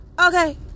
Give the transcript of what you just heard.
Okay